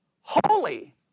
holy